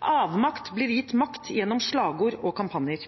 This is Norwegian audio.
Avmakt blir gitt makt gjennom slagord og kampanjer.